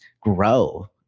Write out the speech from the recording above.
grow